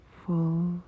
full